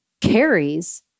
carries